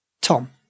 Tom